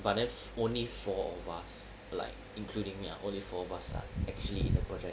but then only four of us like including me ah only four of us are actually in the project